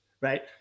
right